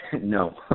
No